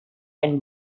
and